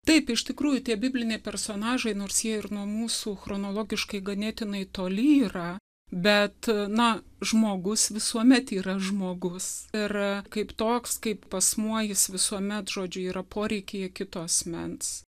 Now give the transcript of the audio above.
taip iš tikrųjų tie bibliniai personažai nors jie ir nuo mūsų chronologiškai ganėtinai toli yra bet na žmogus visuomet yra žmogus ir kaip toks kaip asmuo jis visuomet žodžiu yra poreikyje kito asmens